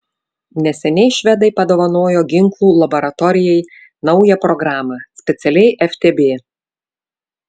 neseniai švedai padovanojo ginklų laboratorijai naują programą specialiai ftb